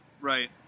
Right